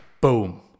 boom